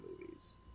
movies